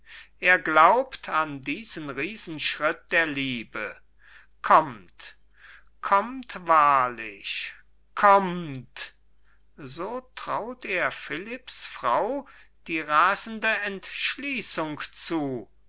er glaubt an diesen riesenschritt der liebe kommt kommt wahrlich kommt so traut er philipps frau die rasende entschließung zu